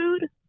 food